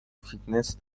فیتنس